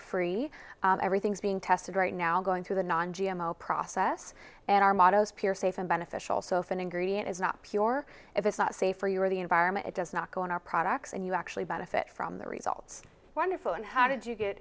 free everything's being tested right now going through the non g m o process and our motto is pure safe and beneficial so if an ingredient is not pure if it's not safe for you or the environment it does not go in our products and you actually benefit from the results wonderful and how did you get